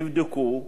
יבדקו,